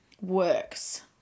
works